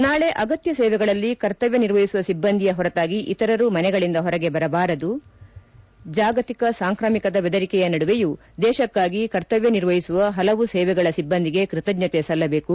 ನಾಳೆ ಅಗತ್ಯ ಸೇವೆಗಳಲ್ಲಿ ಕರ್ತವ್ಯ ನಿರ್ವಹಿಸುವ ಸಿಬ್ಬಂದಿಯ ಹೊರತಾಗಿ ಇತರರು ಮನೆಗಳಿಂದ ಹೊರಗೆ ಬರಬಾರದು ಜಾಗತಿಕ ಸಾಂಕ್ರಾಮಿಕದ ಬೆದರಿಕೆಯ ನಡುವೆಯೂ ದೇಶಕ್ಕಾಗಿ ಕರ್ತವ್ಯ ನಿರ್ವಹಿಸುವ ಹಲವು ಸೇವೆಗಳ ಸಿಬ್ಬಂದಿಗೆ ಕೃತಜ್ಞತೆ ಸಲ್ಲಬೇಕು